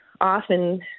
often